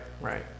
right